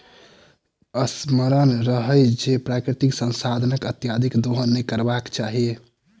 स्मरण रहय जे प्राकृतिक संसाधनक अत्यधिक दोहन नै करबाक चाहि